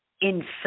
inside